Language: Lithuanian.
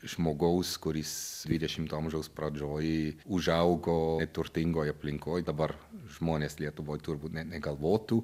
žmogaus kuris dvidešimto amžiaus pradžioj užaugo turtingoje aplinkoje dabar žmonės lietuvoje turbūt net negalvotų